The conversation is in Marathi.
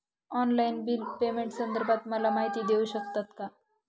ऑनलाईन बिल पेमेंटसंदर्भात मला माहिती देऊ शकतात का?